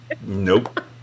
Nope